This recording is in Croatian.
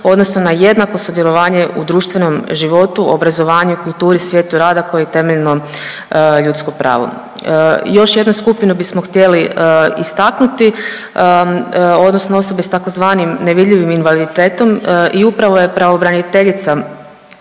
odnosno na jednako sudjelovanje u društvenom životu, obrazovanju, kulturi, svijetu rada koji je temeljno ljudsko pravo. Još jednu skupinu bismo htjeli istaknuti odnosno osobe sa tzv. nevidljivim invaliditetom i upravo je Pravobraniteljica